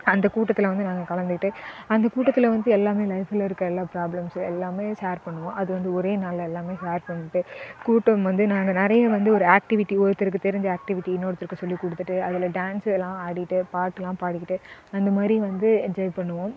அந்த கூட்டத்தில் வந்து நாங்கள் கலந்துக்கிட்டு அந்த கூட்டத்தில் வந்து எல்லாம் லைஃப்பில் இருக்கற எல்லாம் ப்ராப்ளம்ஸ் எல்லாம் ஷேர் பண்ணுவோம் அது வந்து ஒரே நாளில் எல்லாம் ஷேர் பண்ணிட்டு கூட்டம் வந்து நாங்க நிறைய வந்து ஒரு ஆக்டிவிட்டி ஒருத்தருக்கு தெரிஞ்ச ஆக்ட்டிவிட்டி இன்னொருத்தருக்கு சொல்லி கொடுத்துட்டு அதில் டான்ஸு எல்லாம் ஆடிகிட்டு பாட்டுலாம் பாடிக்கிட்டு அந்த மாதிரி வந்து என்ஜாய் பண்ணுவோம்